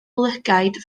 lygaid